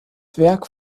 werk